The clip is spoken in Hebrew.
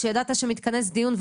כשידעת שמתכנס דיון,